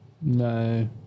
No